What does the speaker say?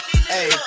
hey